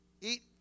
Eat